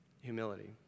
Humility